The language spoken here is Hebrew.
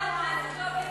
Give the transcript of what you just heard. חברת הכנסת מועלם,